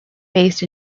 based